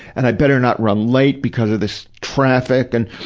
and i better not run late because of this traffic, and,